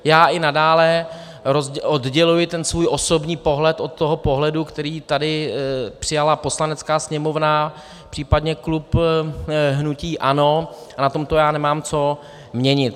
Já i nadále odděluji svůj osobní pohled od toho pohledu, který tady přijala Poslanecká sněmovna, případně klub hnutí ANO, a na tomto já nemám co měnit.